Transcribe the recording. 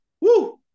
Woo